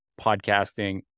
podcasting